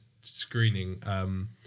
screening